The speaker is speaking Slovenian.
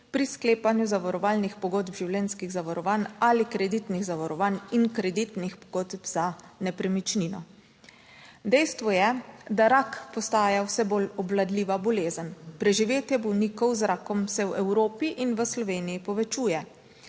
pri sklepanju zavarovalnih pogodb življenjskih zavarovanj ali kreditnih zavarovanj in kreditnih pogodb za nepremičnino. Dejstvo je, da rak postaja vse bolj obvladljiva bolezen. Preživetje bolnikov z rakom se v Evropi in v Sloveniji povečuje.